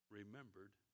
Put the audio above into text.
remembered